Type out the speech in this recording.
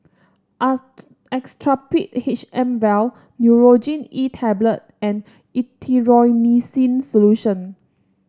Actrapid H M vial Nurogen E Tablet and Erythroymycin Solution